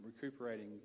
recuperating